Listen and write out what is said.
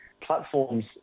platforms